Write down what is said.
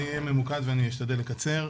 ואני אשתדל לקצר.